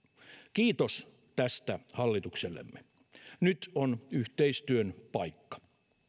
kiitos tästä hallituksellemme nyt on yhteistyön paikka